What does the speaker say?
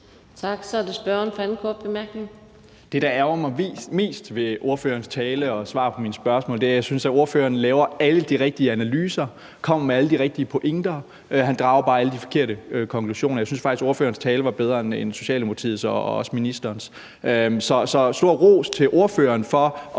18:47 Mikkel Bjørn (DF): Det, der ærgrer mig mest ved ordførerens tale og svar på mine spørgsmål, er, at jeg synes, at ordføreren laver alle de rigtige analyser og kommer med alle de rigtige pointer, men han drager bare alle de forkerte konklusioner. Jeg synes faktisk, ordførerens tale var bedre end Socialdemokratiets og også ministerens. Så stor ros til ordføreren for